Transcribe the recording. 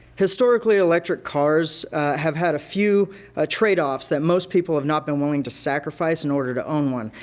historically electric cars have had a few ah trade-offs that most people have not been willing to sacrifice in order to own one.